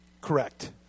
correct